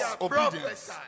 obedience